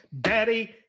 Daddy